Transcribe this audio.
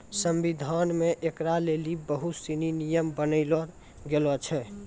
संविधान मे ऐकरा लेली बहुत सनी नियम बनैलो गेलो छै